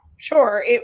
Sure